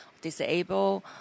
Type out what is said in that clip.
disabled